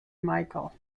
michel